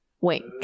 Wink